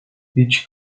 each